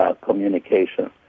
communication